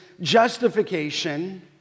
justification